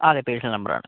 അതെ personal number ആണ്